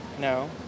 No